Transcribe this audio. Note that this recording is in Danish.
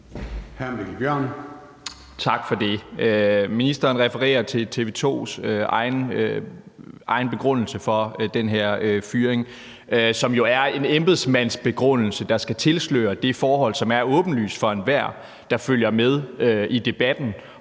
Tak for det. Ministeren refererer til TV 2's egen begrundelse for den her fyring, som jo er en embedsmandsbegrundelse, der skal tilsløre det forhold, som er åbenlyst for enhver, der følger med i debatten